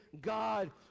God